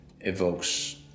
evokes